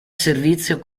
servizio